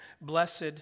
Blessed